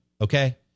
Okay